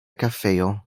kafejo